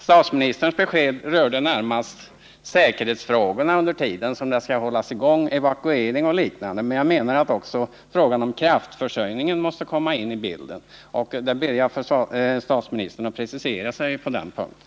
Statsministerns besked rörde närmast säkerhetsfrågorna under den tid då verksamheten pågår — evakuering och liknande — men jag menar att också frågan om kraftförsörjningen måste komma in i bilden. Därför ber jag statsministern att precisera sig på den punkten.